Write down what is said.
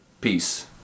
Peace